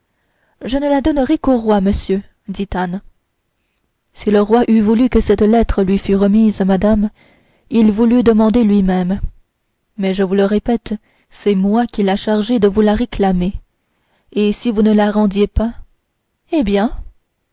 je ne la donnerai qu'au roi monsieur dit anne si le roi eût voulu que cette lettre lui fût remise madame il vous l'eût demandée lui-même mais je vous le répète c'est moi qu'il a chargé de vous la réclamer et si vous ne la rendiez pas eh bien